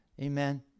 Amen